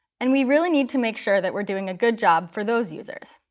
and we really need to make sure that we're doing a good job for those users.